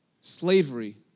slavery